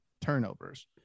turnovers